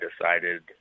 decided